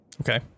Okay